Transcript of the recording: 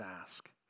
ask